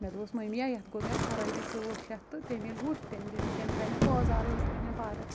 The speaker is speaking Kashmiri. مےٚ دوٚپُس مٔمۍ یا یَتھ گوٚو مےٚ خَرٲبی ژٕ وٕچھ یَتھ تہٕ تٔمۍ ییٚلہِ وُچھ تٔمۍ دِتۍ تٔمۍ تھٲے مےٚ پٲزارٕے یوت تھٲینَم پَرٕ